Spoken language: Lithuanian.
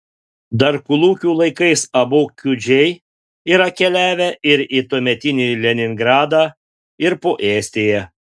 dar kolūkių laikais abu kiudžiai yra keliavę ir į tuometį leningradą ir po estiją